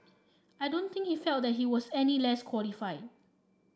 I don't think he felt that he was any less qualified